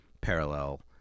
parallel